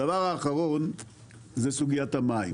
הדבר האחרון זה סוגיית המים.